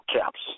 caps